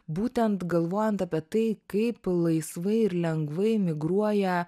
būtent galvojant apie tai kaip laisvai ir lengvai migruoja